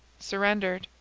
surrendered.